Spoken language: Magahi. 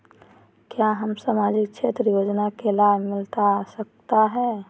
क्या हमें सामाजिक क्षेत्र योजना के लाभ मिलता सकता है?